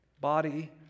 body